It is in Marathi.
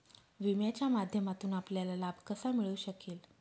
विम्याच्या माध्यमातून आपल्याला लाभ कसा मिळू शकेल?